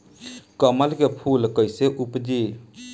कमल के फूल कईसे उपजी?